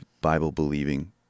Bible-believing